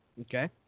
Okay